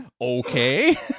Okay